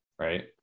Right